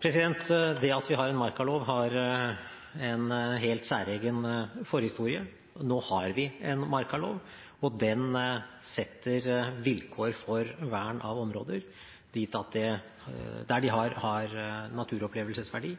Det at vi har en markalov har en helt særegen forhistorie. Nå har vi en markalov, og den setter vilkår for vern av områder som har naturopplevelsesverdi,